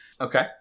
Okay